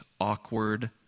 awkward